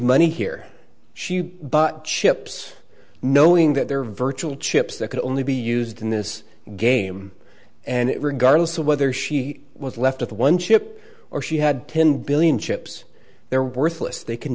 money here she but chips knowing that their virtual chips that could only be used in this game and regardless of whether she was left with one chip or she had ten billion chips they're worthless they can